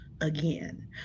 again